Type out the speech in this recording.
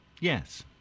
Yes